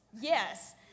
yes